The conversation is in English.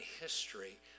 history